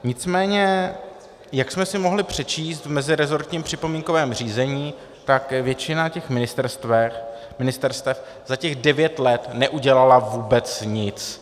Nicméně jak jsme si mohli přečíst v mezirezortním připomínkovém řízení, tak většina těch ministerstev za těch devět let neudělala vůbec nic.